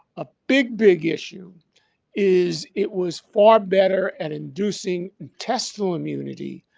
a big, big issue is it was far better at inducing intestinal immunity,